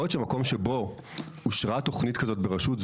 יכול להיות שמקום שבו אושרה תוכנית כזאת ברשות,